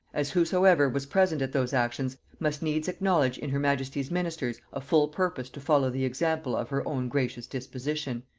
as whosoever was present at those actions must needs acknowledge in her majesty's ministers a full purpose to follow the example of her own gracious disposition.